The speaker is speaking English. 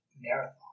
marathon